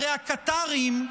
ממה אתה מודאג?